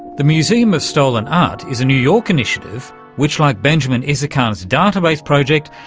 the museum of stolen art is a new york initiative which, like benjamin isakhan's database project,